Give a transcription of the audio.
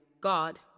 God